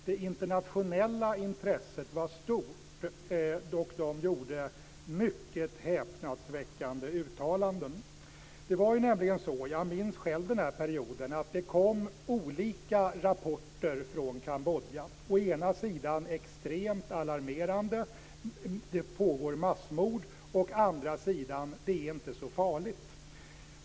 Det internationella intresset var stort, och de gjorde mycket häpnadsväckande uttalanden. Det var ju nämligen så - jag minns själv den där perioden - att det kom olika rapporter från Kambodja. Å ena sidan extremt alarmerande: Det pågår massmord! Å andra sidan: Det är inte så farligt.